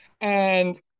and-